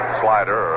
slider